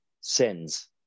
sins